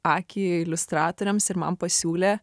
akį iliustratoriams ir man pasiūlė